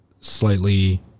slightly